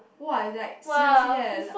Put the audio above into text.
!wah! like seriously leh like